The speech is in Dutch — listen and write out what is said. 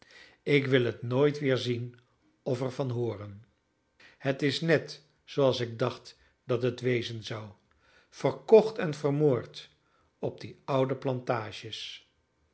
ik wil het nooit weer zien of er van hooren het is net zooals ik dacht dat het wezen zou verkocht en vermoord op die oude plantages